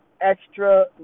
extra